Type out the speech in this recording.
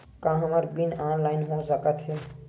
का हमर bill online हो सकत हे?